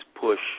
push